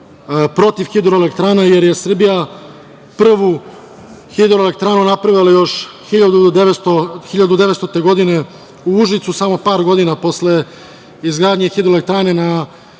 protiv hidroelektrana, jer je Srbija prvu hidroelektranu napravila još 1900. godine u Užicu, samo par godina posle izgradnje hidroelektrane na